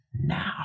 now